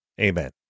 Amen